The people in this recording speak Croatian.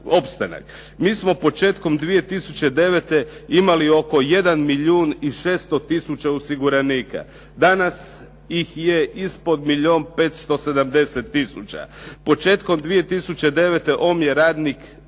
Mi smo početkom 2009. imali oko 1 milijun i 600 tisuća osiguranika. Danas ih je ispod milijun 570 tisuća. Početkom 2009. omjer